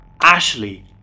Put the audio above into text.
Ashley